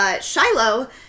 Shiloh